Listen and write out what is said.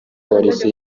polisi